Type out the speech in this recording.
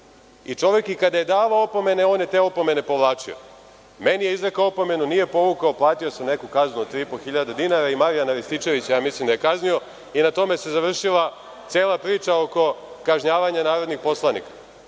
I, čovek kada je davao opomene, on je te opomene povlačio. Meni je izrekao opomenu, nije povukao, platio sam neku kaznu od 3.500 dinara i Marjana Rističevića, mislim da je kaznio i na tome se završila cela priča oko kažnjavanja narodnih poslanika.